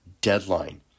deadline